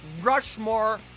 Rushmore